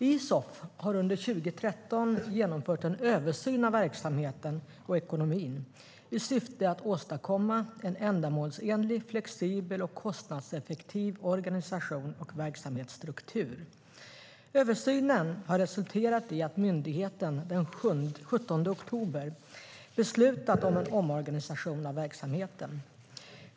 Isof har under 2013 genomfört en översyn av verksamheten och ekonomin i syfte att åstadkomma en ändamålsenlig, flexibel och kostnadseffektiv organisation och verksamhetsstruktur. Översynen har resulterat i att myndigheten den 17 oktober beslutat om en omorganisation av verksamheten.